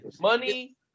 Money